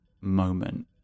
moment